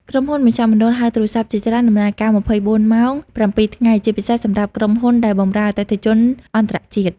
ក្រុមហ៊ុនមជ្ឈមណ្ឌលហៅទូរស័ព្ទជាច្រើនដំណើរការ ២៤ ម៉ោង ៧ ថ្ងៃ ជាពិសេសសម្រាប់ក្រុមហ៊ុនដែលបម្រើអតិថិជនអន្តរជាតិ។